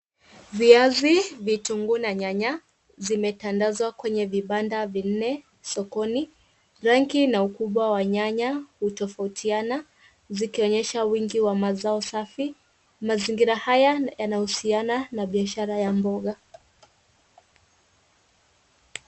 Viazi, vitunguu na nyanya zimetandazwa kwenye vibanda vinne, sokoni rangi na ukubwa wa nyanya hutofautiana zikionyesha wingi wa mazao safi, mazingira haya yanahusiana na biashara ya mboga.